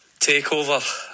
takeover